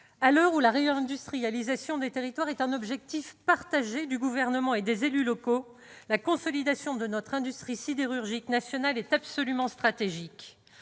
à l'heure où la réindustrialisation des territoires est un objectif partagé du Gouvernement et des élus locaux, la consolidation de notre industrie sidérurgique nationale est absolument stratégique.